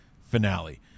finale